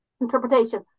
interpretation